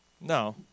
No